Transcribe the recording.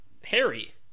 Harry